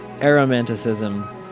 Aromanticism